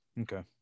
Okay